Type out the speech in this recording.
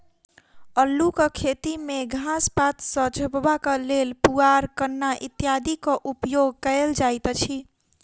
अल्लूक खेती मे घास पात सॅ झपबाक लेल पुआर, कन्ना इत्यादिक उपयोग कयल जाइत अछि